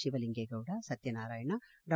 ಶಿವಲಿಂಗೇ ಗೌಡ ಸತ್ಯನಾರಾಯಣ ಡಾ